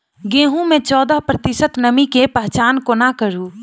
गेंहूँ मे चौदह प्रतिशत नमी केँ पहचान कोना करू?